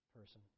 person